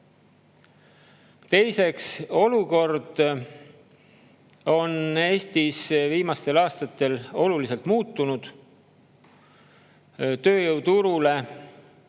Teiseks, olukord on Eestis viimastel aastatel oluliselt muutunud. Tööjõuturule